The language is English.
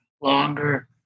longer